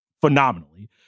phenomenally